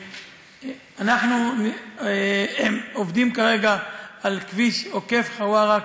שאנחנו עובדים כרגע על כביש עוקף חווארה,